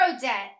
debt